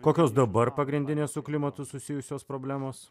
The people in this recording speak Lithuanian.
kokios dabar pagrindinės su klimatu susijusios problemos